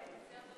יום שלישי,